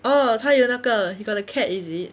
哦他有那个 he got a cat is it